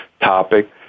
topic